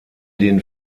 den